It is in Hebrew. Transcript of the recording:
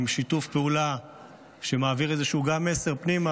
עם שיתוף פעולה שבתקופה הזאת מעביר גם איזשהו מסר פנימה,